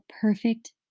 perfect